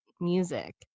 music